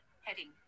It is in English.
heading